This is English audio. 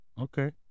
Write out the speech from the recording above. Okay